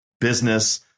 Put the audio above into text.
business